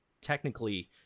technically